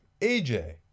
AJ